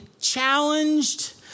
challenged